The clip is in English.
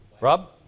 Rob